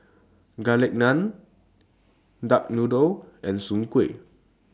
Garlic Naan Duck Noodle and Soon Kuih